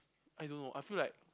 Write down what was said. I don't know I feel like